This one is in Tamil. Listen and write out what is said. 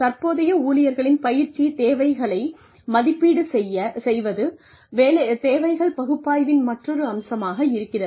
தற்போதைய ஊழியர்களின் பயிற்சி தேவைகளை மதிப்பீடு செய்வது தேவைகள் பகுப்பாய்வின் மற்றொரு அம்சமாக இருக்கிறது